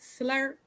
slurp